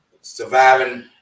Surviving